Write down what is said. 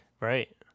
Right